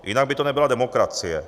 Jinak by to nebyla demokracie.